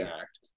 Act